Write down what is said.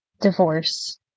divorce